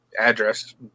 address